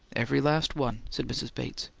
every last one, said mrs. bates.